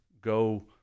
go